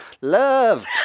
Love